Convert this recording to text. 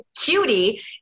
cutie